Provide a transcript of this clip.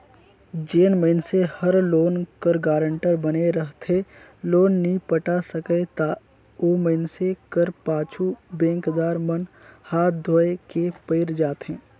जेन मइनसे हर लोन कर गारंटर बने रहथे लोन नी पटा सकय ता ओ मइनसे कर पाछू बेंकदार मन हांथ धोए के पइर जाथें